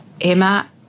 Emma